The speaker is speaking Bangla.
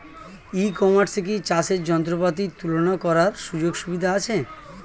ই কমার্সে কি চাষের যন্ত্রপাতি তুলনা করার সুযোগ সুবিধা আছে?